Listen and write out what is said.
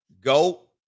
go